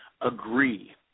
agree